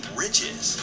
riches